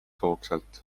hoogsalt